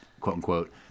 quote-unquote